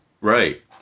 Right